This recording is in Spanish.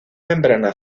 membrana